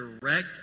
direct